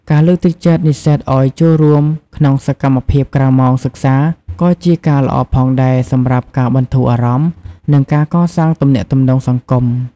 ការលើកទឹកចិត្តនិស្សិតឱ្យចូលរួមក្នុងសកម្មភាពក្រៅម៉ោងសិក្សាក៏ជាការល្អផងដែរសម្រាប់ការបន្ធូរអារម្មណ៍និងការកសាងទំនាក់ទំនងសង្គម។